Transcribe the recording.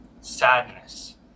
sadness